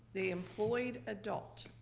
the employed adult.